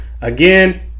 Again